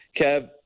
Kev